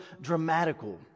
dramatical